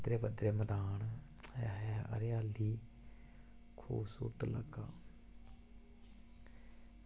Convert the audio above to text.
पद्धरे पद्धरे मदान हरियाली खूबसूरत इलाका